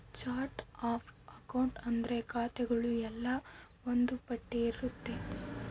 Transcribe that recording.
chart of account ಅಂದ್ರೆ ಖಾತೆಗಳು ಎಲ್ಲ ಒಂದ್ ಪಟ್ಟಿ ಇರುತ್ತೆ